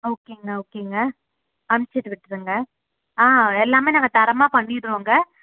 ஓகேங்க ஓகேங்க அனுப்ச்சுட்டு விட்டுடுறேங்க ஆ எல்லாமே நாங்கள் தரமாக பண்ணிடுறோங்க